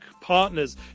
partners